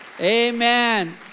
Amen